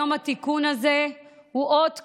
התיקון הזה היום הוא אות כבוד,